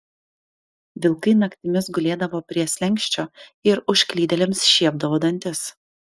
vilkai naktimis gulėdavo prie slenksčio ir užklydėliams šiepdavo dantis